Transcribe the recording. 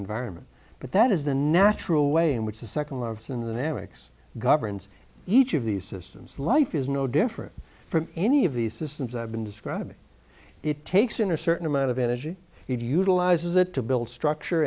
environment but that is the natural way in which the second largest in the erik's governs each of these systems life is no different from any of these systems i've been describing it takes in a certain amount of energy and utilize it to build structure